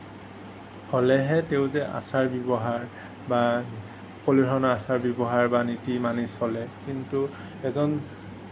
হ'লেহে তেওঁৰ যে আচাৰ ব্যৱহাৰ বা কোনো ধৰণৰ আচাৰ ব্যৱহাৰ বা নীতি মানি চলে কিন্তু এজন